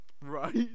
right